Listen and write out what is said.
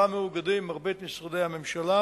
ובה מאוגדים מרבית משרדי הממשלה